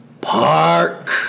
Park